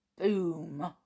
boom